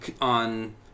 on